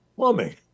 plumbing